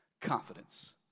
Confidence